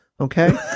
Okay